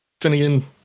Finnegan